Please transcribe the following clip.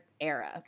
era